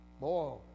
Boy